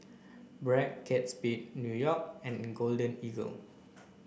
Bragg Kate Spade New York and Golden Eagle